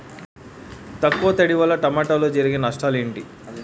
తక్కువ తడి వల్ల టమోటాలో జరిగే నష్టాలేంటి?